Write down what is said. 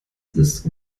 ist